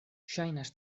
ŝajnas